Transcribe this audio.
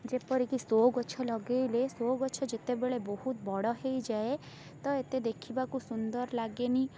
ଯେପରି କି ସୋ ଗଛ ଲଗାଇଲେ ସୋ ଗଛ ଯେତେବେଳେ ବହୁତ ବଡ଼ ହେଇଯାଏ ତ ଏତେ ଦେଖିବାକୁ ସୁନ୍ଦର ଲାଗେନି